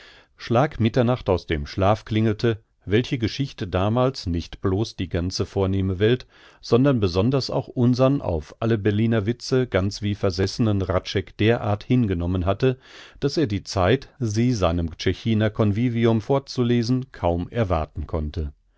schlag mitternacht aus dem schlaf klingelte welche geschichte damals nicht blos die ganze vornehme welt sondern besonders auch unsern auf alle berliner witze ganz wie versessenen hradscheck derart hingenommen hatte daß er die zeit sie seinem tschechiner convivium vorzulesen kaum erwarten konnte